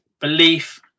belief